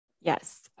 Yes